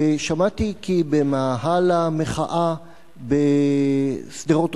שמעתי כי במאהל המחאה בשדרות-רוטשילד